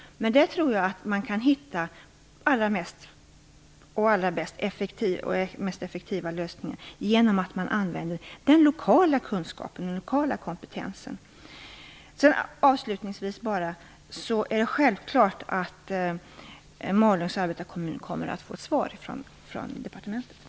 Där tror jag att man kan hitta de mest effektiva lösningarna genom att använda den lokala kunskapen och den lokala kompetensen. Det är självklart att Malungs arbetarkommun kommer att få svar från departementet.